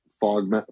Fog